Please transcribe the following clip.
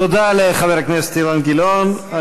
תודה לחבר הכנסת אילן גילאון.